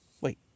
Wait